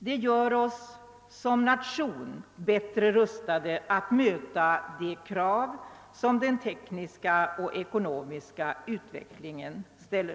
Det gör vårt land bättre rustat att möta de krav den tekniska och ekonomiska utvecklingen ställer.